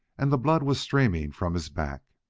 and the blood was streaming from his back.